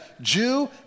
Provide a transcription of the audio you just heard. Jew